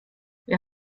wer